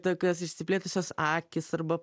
tokios išsiplėtusios akys arba